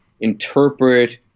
interpret